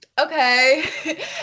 okay